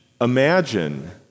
Imagine